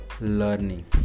learning